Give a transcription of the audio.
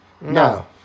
No